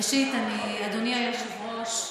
ראשית, אדוני היושב-ראש,